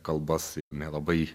kalbas nelabai